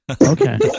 Okay